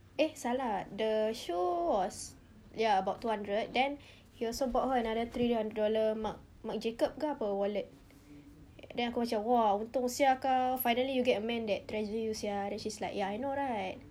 eh salah the shoe was ya about two hundred then he also bought her another three hundred dollar marc marc jacob ke apa wallet then aku macam !wow! untung sia kau finally you get a man that treasure you sia then she's like ya I know right